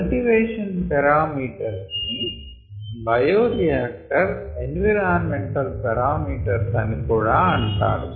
cultivation parameters ని bioreactor environmental parameters అని కూడా అంటారు